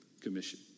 commission